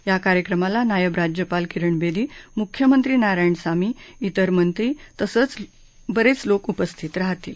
या कार्यक्रमाला नायब राज्यपाल किरण बेदी मुख्यमंत्री नारायणसामी मंत्री तसंच उत्तर लोक उपस्थित राहतील